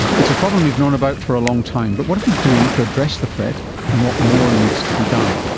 it's a problem we've known about for a long time but what are we doing to address the threat and what more needs to be done?